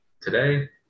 today